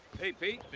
hey, pete.